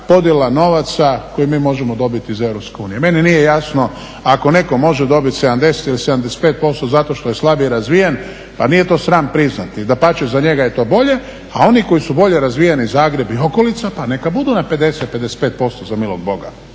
podjela novaca koji mi možemo dobiti iz Europske unije. Meni nije jasno ako neko može dobiti 70 ili 75% zato što je slabije razvijen, pa nije to sram priznati, dapače za njega je to bolje, a oni koji su bolje razvijeni Zagreb i okolica pa neka budu na 50, 55% za milog Boga.